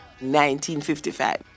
1955